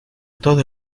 todo